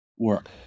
work